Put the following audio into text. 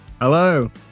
Hello